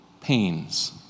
pains